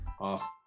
Awesome